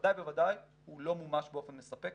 בוודאי ובוודאי הוא לא מומש באופן מספק